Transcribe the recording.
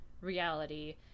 reality